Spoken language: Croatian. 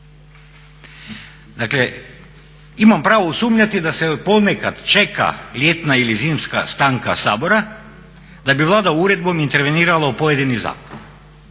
Dakle imam pravo sumnjati da se ponekad čeka ljetna ili zimska stanka Sabora da bi Vlada uredbom intervenirala u pojedini zakon.